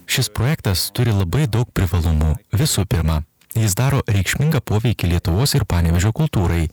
šis projektas turi labai daug privalumų visų pirma jis daro reikšmingą poveikį lietuvos ir panevėžio kultūrai